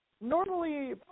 normally